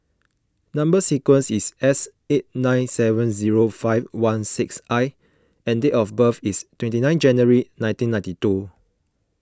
Number Sequence is S eight nine seven zero five one six I and date of birth is twenty nine January nineteen ninety two